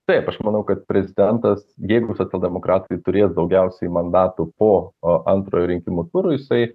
taip aš manau kad prezidentas jeigu socialdemokratai turės daugiausiai mandatų po o antrojo rinkimų turo jisai